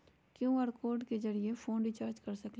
QR code के जरिय phone recharge कर सकली ह?